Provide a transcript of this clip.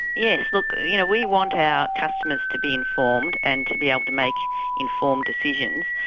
yes, look you know we want our customers to be informed and to be able to make informed decisions.